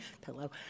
pillow